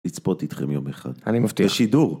לצפות איתכם יום אחד אני מבטיח יש שידור